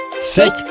Sick